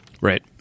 right